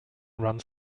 runs